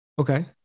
Okay